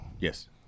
yes